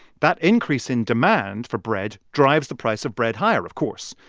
that increase in demand for bread drives the price of bread higher, of course.